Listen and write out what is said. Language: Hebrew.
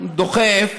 דוחף,